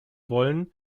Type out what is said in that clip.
wollen